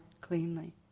cleanly